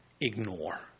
ignore